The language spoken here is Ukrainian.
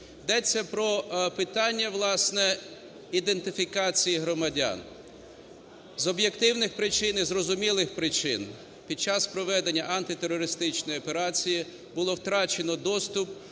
Йдеться про питання, власне, ідентифікації громадян. З об'єктивних причин, і зрозумілих причин, під час проведення антитерористичної операції було втрачено доступ